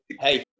hey